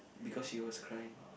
because she was crying